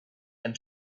and